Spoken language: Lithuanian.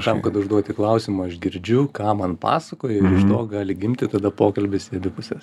tam kad užduoti klausimą aš girdžiu ką man pasakoji ir iš to gali gimti tada pokalbis į abi puses